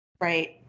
right